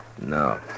No